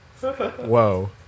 Whoa